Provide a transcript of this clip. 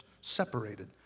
separated